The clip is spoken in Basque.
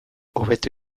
hobeto